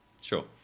Sure